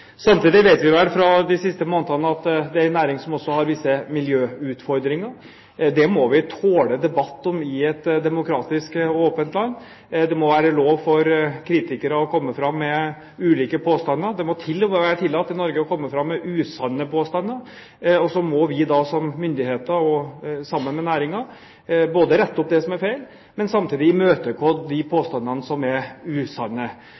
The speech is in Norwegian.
Samtidig vet vi vel fra de siste månedene at det er en næring som også har visse miljøutfordringer. Det må vi tåle debatt om i et demokratisk og åpent land. Det må være lov for kritikere å komme med ulike påstander. Det må til og med være tillatt i Norge å komme med usanne påstander. Så må vi som myndigheter sammen med næringen både rette opp det som er feil, og samtidig imøtegå de påstandene som er usanne.